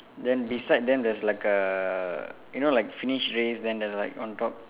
then beside them there's like err you know like finish race then there's like on top